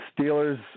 Steelers